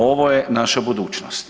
Ovo je naša budućnost.